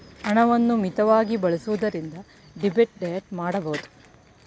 ಹಣವನ್ನು ಮಿತವಾಗಿ ಬಳಸುವುದರಿಂದ ಡೆಬಿಟ್ ಡಯಟ್ ಮಾಡಬಹುದು